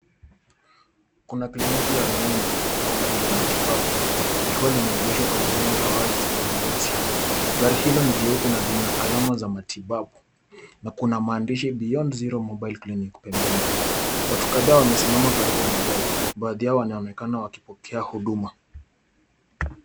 Kuna kliniki ya rununu au gari la matibabu likiwa limegeshwa kwenye eneo la wazi lenye nyasi ,gari hilo ni jeupe na lina alama za matibabu na kuna maandishi beyond zero mobile clinic pembeni ,watu kadhaa wamesimama karibu na gari baadhi yao wanaonekana wakipokea huduma.